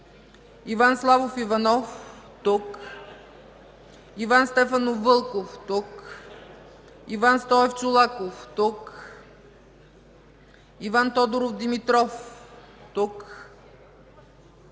Иван Славов Иванов - тук Иван Стефанов Вълков - тук Иван Стоев Чолаков - тук Иван Тодоров Димитров - тук